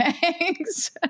Thanks